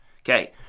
Okay